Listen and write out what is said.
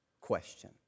question